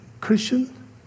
Christian